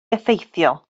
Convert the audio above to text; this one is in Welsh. effeithiol